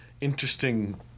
interesting